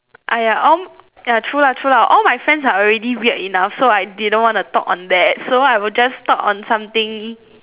!aiya! all ya true lah true lah all my friends are already weird enough so I didn't want to talk on that so I'll just talk on something